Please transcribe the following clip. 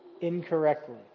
incorrectly